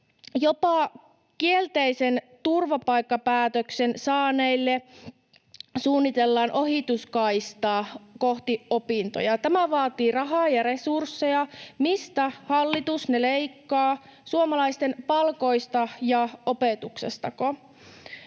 jopa kielteisen turvapaikkapäätöksen saaneille suunnitellaan ohituskaistaa kohti opintoja. Tämä vaatii rahaa ja resursseja. Mistä hallitus ne leikkaa, suomalaisten palkoista ja opetuksestako?